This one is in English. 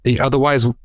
otherwise